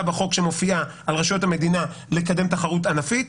בחוק על רשויות המדינה לקדם תחרות ענפית.